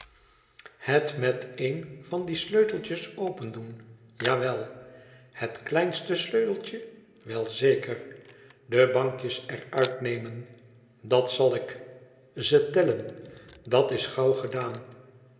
het met een van die sleuteltjes opendoen ja wel het kleinste sleuteltje wel zeker de bankjes er uit nemen dat zal ik ze tellen dat is gauw gedaan